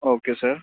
okay sir